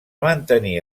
mantenir